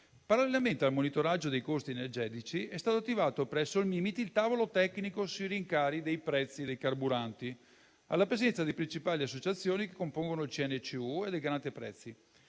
Parallelamente al monitoraggio dei costi energetici, è stato attivato presso il Mimit il tavolo tecnico sui rincari dei prezzi dei carburanti, alla presenza delle principali associazioni che compongono il CNCU e del Garante per